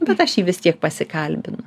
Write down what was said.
bet aš jį vis tiek pasikalbinu